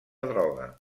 droga